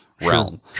realm